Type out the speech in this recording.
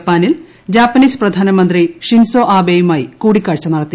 ജപ്പാനിൽ ജാപ്പനീസ് ീപ്പ്രധാനമന്ത്രി ഷിൻസോ ആബേയുമായി കൂടിക്കാഴ്ച നടത്തി